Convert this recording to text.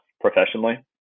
professionally